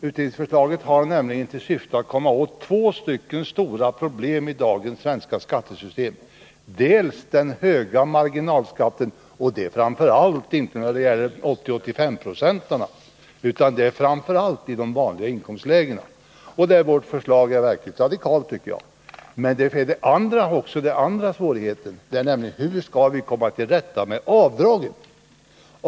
Utredningsförslaget har nämligen till syfte att komma åt två stora problem i dagens svenska skattesystem: dels de höga marginalskatterna, men inte i första hand skatter på 80-85 26 utan framför allt skatter i de vanliga inkomstlägena — och där är vårt förslag mycket radikalt —, dels problemet hur vi skall komma till rätta med avdragen.